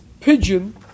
pigeon